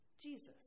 Jesus